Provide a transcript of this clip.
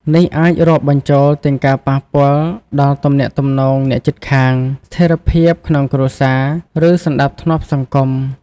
នេះអាចរាប់បញ្ចូលទាំងការប៉ះពាល់ដល់ទំនាក់ទំនងអ្នកជិតខាង ស្ថិរភាពក្នុងគ្រួសារ ឬសណ្តាប់ធ្នាប់សង្គម។